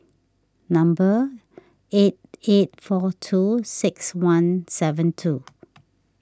number eight eight four two six one seven two